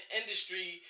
industry